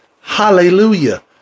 Hallelujah